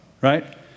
right